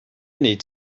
need